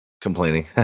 complaining